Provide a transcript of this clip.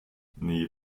nee